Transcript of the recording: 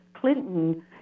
Clinton